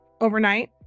overnight